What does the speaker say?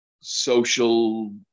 social